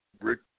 Rick